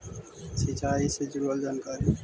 सिंचाई से जुड़ल जानकारी?